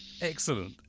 Excellent